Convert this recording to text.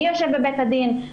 מי יושב בבית הדין,